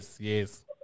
yes